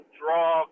draw